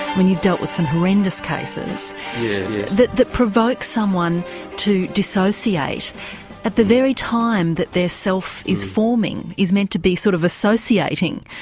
mean you've dealt with some horrendous cases that that provokes someone to dissociate at the very time that their self is forming, is meant to be sort of associating.